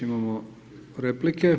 Imamo replike.